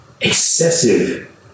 excessive